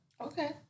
Okay